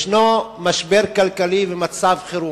יש משבר כלכלי ומצב חירום.